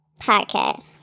podcast